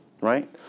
right